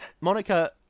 monica